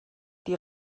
die